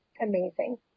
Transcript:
amazing